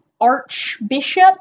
archbishop